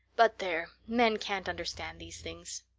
but there men can't understand these things!